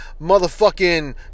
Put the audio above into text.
motherfucking